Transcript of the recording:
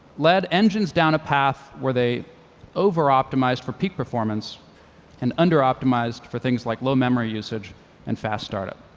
led engines down a path where they over optimized for peak performance and under optimized for things like low memory usage and fast start up.